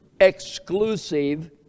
exclusive